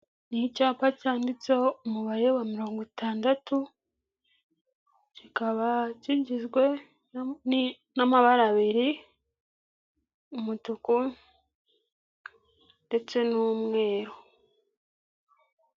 Ni icyapa cyanditseho umubare wa mirongo itandatu ,kikaba kigizwe n'amabara abiri umutuku ndetse n'umweru.